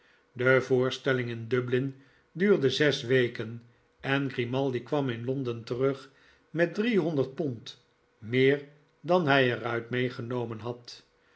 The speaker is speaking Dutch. de voorstelling in dublin duurde zes weken en grimaldi kwam in londen terug met drie honderd pond meer dan hij er uit meegenomen had